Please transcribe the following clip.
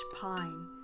Pine